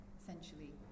essentially